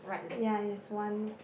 ya is one